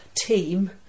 team